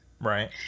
right